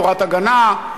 תורת הגנה,